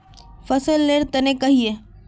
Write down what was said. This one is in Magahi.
फसल लेर तने कहिए?